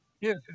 Yes